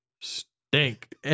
stink